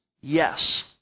yes